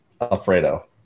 alfredo